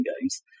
games